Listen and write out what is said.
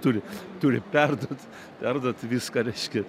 turi turi perduot perduot viską reiškia